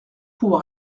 pouvoir